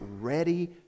ready